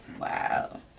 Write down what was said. Wow